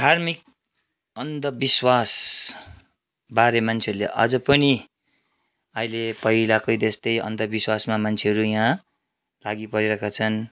धार्मिक अन्धविश्वासबारे मान्छेहरूले अझ पनि अहिले पहिलाकै जस्तै अन्धविश्वासमा मान्छेहरू यहाँ लागिपरिरहेका छन्